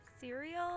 cereal